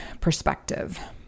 perspective